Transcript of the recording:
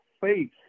faith